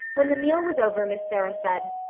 when the meal was over miss sarah said,